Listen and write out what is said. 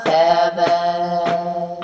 heaven